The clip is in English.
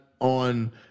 on